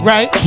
Right